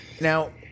Now